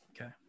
Okay